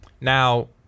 Now